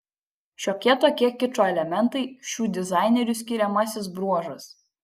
šiokie tokie kičo elementai šių dizainerių skiriamasis bruožas